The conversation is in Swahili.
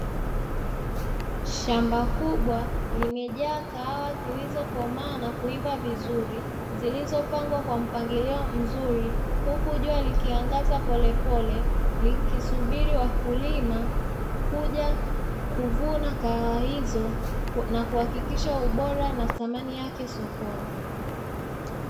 Shamba kubwa limejaa kahawa zilizokomaa na kuiva vizuri, zilizopangwa kwa mpangilio mzuri, huku jua likiangaza polepole likisubiri wakulima kuja kuvuna kahawa hizo na kuhakikisha ubora na thamani yake sokoni.